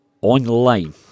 online